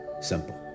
Simple